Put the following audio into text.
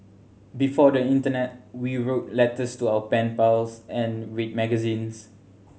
before the internet we wrote letters to our pen pals and read magazines